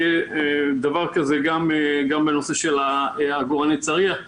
יהיה דבר כזה גם בנושא של עגורני הצריח.